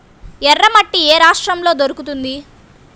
ఎర్రమట్టి ఏ రాష్ట్రంలో దొరుకుతుంది?